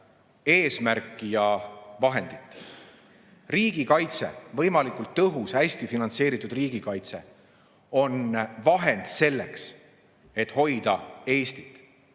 eesmärki ja vahendit. Riigikaitse, võimalikult tõhus ja hästi finantseeritud riigikaitse on vahend selleks, et hoida Eestit.